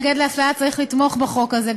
להפליה, צריך לתמוך בחוק הזה.